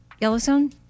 Yellowstone